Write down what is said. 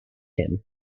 him